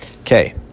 Okay